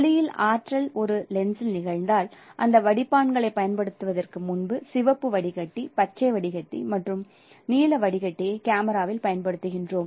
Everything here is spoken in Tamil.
ஒளியியல் ஆற்றல் ஒரு லென்ஸில் நிகழ்ந்தால் அந்த வடிப்பான்களைப் பயன்படுத்துவதற்கு முன்பு சிவப்பு வடிகட்டி பச்சை வடிகட்டி மற்றும் நீல வடிகட்டியை கேமராவில் பயன்படுத்துகிறோம்